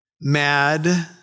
mad